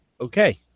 Okay